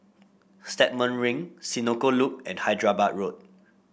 Stagmont Ring Senoko Loop and Hyderabad Road